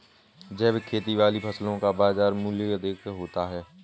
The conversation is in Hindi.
जैविक खेती वाली फसलों का बाजार मूल्य अधिक होता है